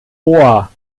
ohr